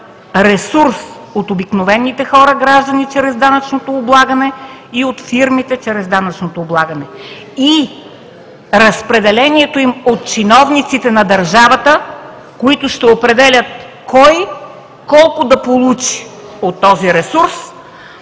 ресурс от обикновените хора, гражданите и от фирмите чрез данъчното облагане, и разпределението му от чиновниците на държавата, които ще определят кой колко да получи от този ресурс.